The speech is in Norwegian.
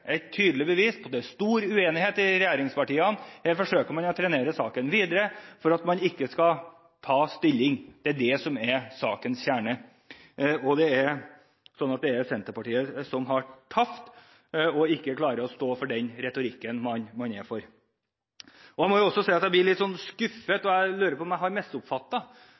et tydelig bevis på at det er stor uenighet i regjeringspartiene. Man forsøker å trenere saken videre for ikke å ta stilling – det er det som er sakens kjerne. Og det er Senterpartiet som har tapt, og ikke klarer å stå for den retorikken man er for. Jeg må også si at jeg blir litt skuffet – og jeg lurer på om jeg har